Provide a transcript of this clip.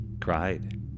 cried